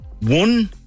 one